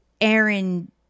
Aaron